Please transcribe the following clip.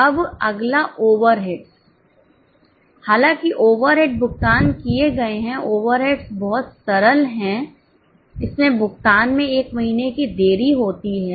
अब अगला ओवरहेड्स हालांकि ओवरहेड भुगतान किए गए हैं ओवरहेड्स बहुत सरल है इसमें भुगतान में एक महीने की देरी होती है